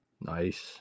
nice